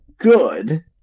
good